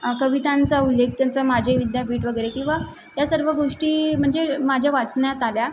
कवितांचा उल्लेख त्यांचा माझे विद्यापीठ वगैरे किंवा या सर्व गोष्टी म्हणजे माझ्या वाचण्यात आल्या